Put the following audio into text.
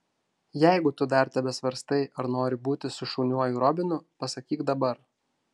jeigu tu dar tebesvarstai ar nori būti su šauniuoju robinu pasakyk dabar